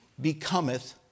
becometh